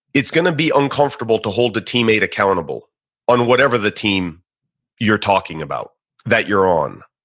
it's going to be uncomfortable to hold a teammate accountable on whatever the team you're talking about that you're on.